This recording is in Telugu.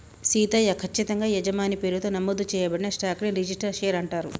సీతయ్య, కచ్చితంగా యజమాని పేరుతో నమోదు చేయబడిన స్టాక్ ని రిజిస్టరు షేర్ అంటారు